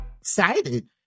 Excited